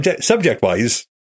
Subject-wise